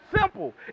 simple